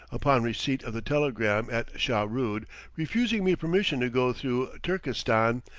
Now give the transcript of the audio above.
upon receipt of the telegram at shahrood refusing me permission to go through turkestan,